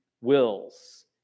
wills